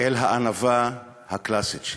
אל הענווה הקלאסית שלי.